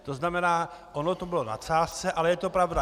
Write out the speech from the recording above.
To znamená, ono to bylo v nadsázce, ale je to pravda.